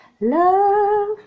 love